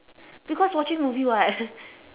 because watching movie [what]